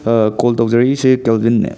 call ꯇꯧꯖꯔꯛꯏꯁꯦ ꯇꯦꯜꯚꯤꯟꯅꯦ